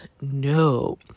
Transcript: no